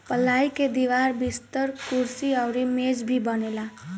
पलाई के दीवार, बिस्तर, कुर्सी अउरी मेज भी बनेला